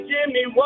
Jimmy